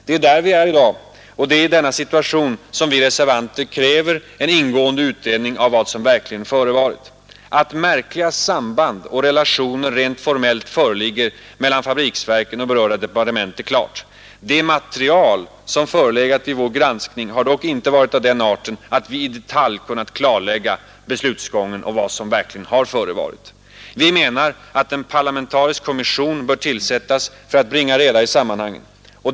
Det är där vi är i dag och det är i denna situation som vi reservanter kräver en ingående utredning av vad som verkligen förevarit. Att märkliga samband och relationer rent formellt föreligger mellan fabriksverken och berörda departement är klart. Det material som förelegat vid vår granskning har dock inte varit av den arten att vi i detalj kunnat klarlägga beslutsgången och vad som verkligen förevarit. Vi menar att en parlamentarisk kommission bör tillsättas för att bringa reda i sammanhangen.